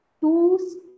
two